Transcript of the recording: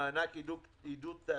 מענק עידוד תעסוקה,